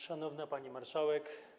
Szanowna Pani Marszałek!